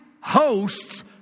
hosts